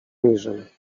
niżej